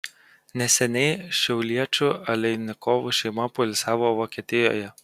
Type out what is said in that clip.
neseniai šiauliečių aleinikovų šeima poilsiavo vokietijoje